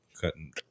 cutting